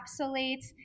encapsulates